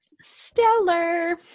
Stellar